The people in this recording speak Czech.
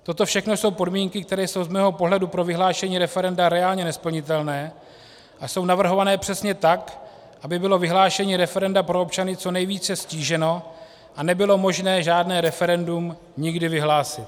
Toto všechno jsou podmínky, které jsou z mého pohledu pro vyhlášení referenda reálně nesplnitelné a jsou navrhované přesně tak, aby bylo vyhlášení referenda pro občany co nejvíce ztíženo a nebylo možné žádné referendum nikdy vyhlásit.